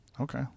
Okay